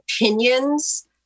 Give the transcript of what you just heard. opinions